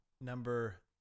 Number